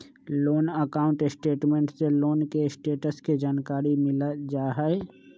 loan account statement से loan के status के जानकारी मिल जाइ हइ